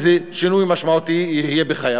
איזה שינוי משמעותי יהיה בחייו.